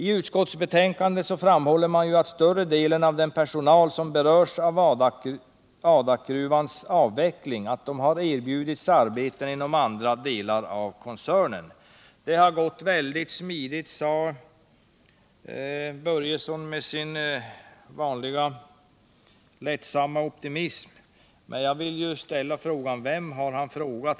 IT utskottsbetänkandet framhålls att större delen av den personal som berörs av Adakgruvans avveckling har erbjudits arbete inom andra delar av koncernen. Det har gått väldigt smidigt, sade Fritz Börjesson med sin vanliga lättsamma optimism. Men vem har han frågat?